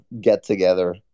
get-together